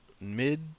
mid